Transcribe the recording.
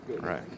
Right